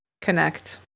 connect